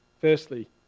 Firstly